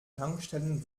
tankstellen